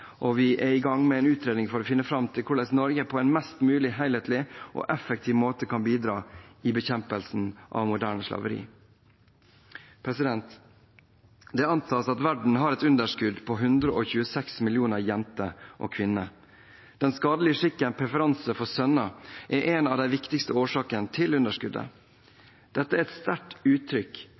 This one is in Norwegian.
og sentrale organisasjoner på feltet, og vi er i gang med en utredning for å finne fram til hvordan Norge på en mest mulig helhetlig og effektiv måte kan bidra i bekjempelsen av moderne slaveri. Det antas at verden har et underskudd på 126 millioner jenter og kvinner. Den skadelige skikken «preferanse for sønner» er en av de viktigste årsakene til underskuddet. Dette er et sterkt uttrykk